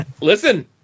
Listen